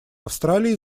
австралии